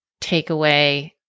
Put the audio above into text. takeaway